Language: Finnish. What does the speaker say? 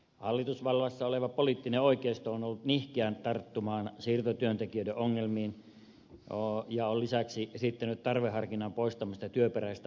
hallitusvallassa oleva poliittinen oikeisto on ollut nihkeä tarttumaan siirtotyöntekijöiden ongelmiin ja on lisäksi esittänyt tarveharkinnan poistamista työperäisestä maahanmuutosta